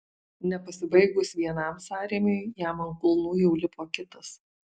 nepasibaigus vienam sąrėmiui jam ant kulnų jau lipo kitas